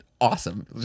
awesome